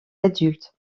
adultes